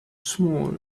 small